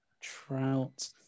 Trout